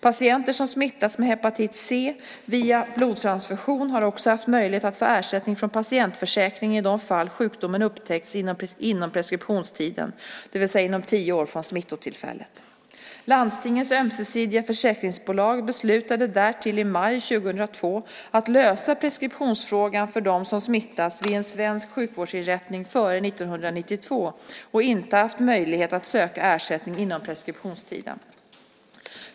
Patienter som smittats med hepatit C via blodtransfusion har också haft möjlighet att få ersättning från patientförsäkringen i de fall då sjukdomen upptäckts inom preskriptionstiden, det vill säga inom tio år från smittotillfället. Landstingens Ömsesidiga Försäkringsbolag beslutade därtill i maj 2002 att lösa preskriptionsfrågan för dem som smittats vid en svensk sjukvårdsinrättning före 1992 och inte haft möjlighet att söka ersättning inom preskriptionstiden.